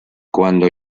cuando